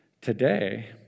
today